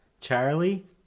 Charlie